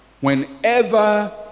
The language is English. whenever